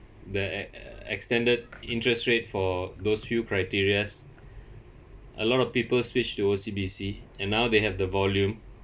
the e~ e~ extended interest rate for those few criterias a lot of people switched to O_C_B_C and now they have the volume